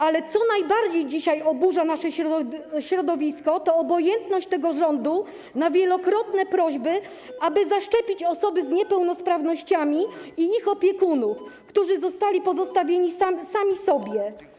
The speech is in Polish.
Ale to, co najbardziej dzisiaj oburza nasze środowisko, to obojętność tego rządu na wielokrotne prośby, aby zaszczepić osoby z niepełnosprawnościami i ich opiekunów, którzy zostali pozostawieni sami sobie.